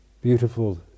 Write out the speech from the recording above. beautiful